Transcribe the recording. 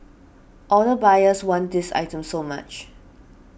all the buyers wanted these items so much